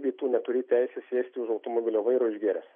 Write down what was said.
bet tu neturi teisės sėsti už automobilio vairo išgėręs